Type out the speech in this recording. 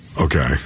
Okay